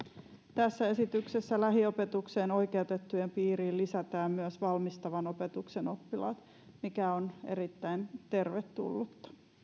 tässä esityksessä lähiopetukseen oikeutettujen piiriin lisätään myös valmistavan opetuksen oppilaat mikä on erittäin tervetullutta